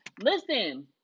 Listen